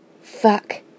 Fuck